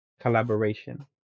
collaboration